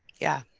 yeah,